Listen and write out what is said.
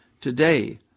Today